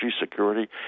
security